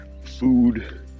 food